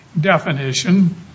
definition